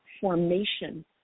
formation